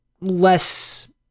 less